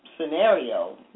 scenario